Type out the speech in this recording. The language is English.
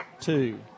two